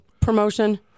promotion